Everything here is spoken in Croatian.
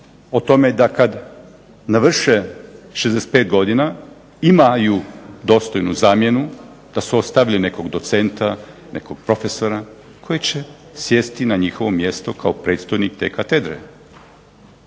o tome da kad navrše 65 godina imaju dostojnu zamjenu, da su ostavili nekog docenta, nekog profesora koji će sjesti na njihovo mjesto kao predstojnik te katedre.